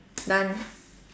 done